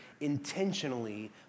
intentionally